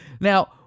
Now